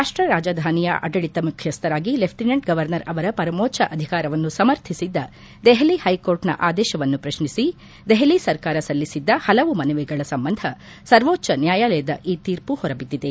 ರಾಷ್ಷ ರಾಜಧಾನಿಯ ಆಡಳಿತ ಮುಖ್ಯಸ್ವರಾಗಿ ಲೆಫ್ಟಿನೆಂಟ್ ಗೌವರ್ನರ್ ಅವರ ಪರಮೋಚ್ಲ ಅಧಿಕಾರವನ್ನು ಸಮರ್ಥಿಸಿದ್ದ ದೆಹಲಿ ಹೈಕೋರ್ಟ್ನ ಆದೇಶವನ್ನು ಪ್ರಶ್ನಿಸಿ ದೆಹಲಿ ಸರ್ಕಾರ ಸಲ್ಲಿಸಿದ್ದ ಹಲವು ಮನವಿಗಳ ಸಂಬಂಧ ಸರ್ವೋಚ್ಲ ನ್ಯಾಯಾಲಯದ ಈ ತೀರ್ಮ ಹೊರಬಿದ್ದಿದೆ